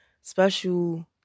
special